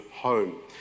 home